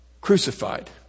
crucified